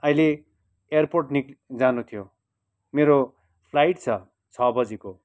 अहिले एयरपोर्ट जानु थियो मेरो फ्लाइट छ छ बजीको